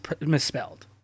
misspelled